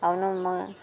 আৰুনো মই